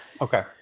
Okay